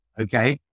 okay